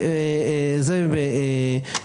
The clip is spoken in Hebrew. אז זה דבר אחד.